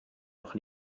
noch